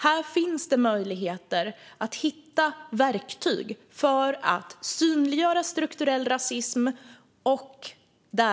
Här finns det möjligheter att hitta verktyg för att synliggöra strukturell rasism och därefter motarbeta den.